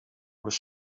was